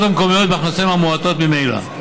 המקומיות ובהכנסותיהן המעטות ממילא.